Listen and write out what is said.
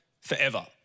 forever